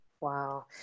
Wow